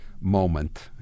moment